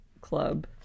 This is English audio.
club